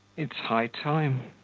it's high time